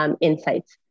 insights